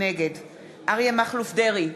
נגד אריה מכלוף דרעי,